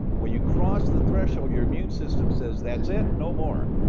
when you cross the threshold, your immune system says, that's it no more.